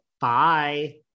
Bye